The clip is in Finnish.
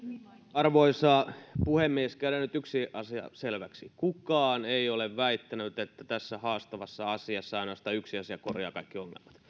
arvoisa puhemies tehdään nyt yksi asia selväksi kukaan ei ole väittänyt että tässä haastavassa asiassa ainoastaan yksi asia korjaa kaikki ongelmat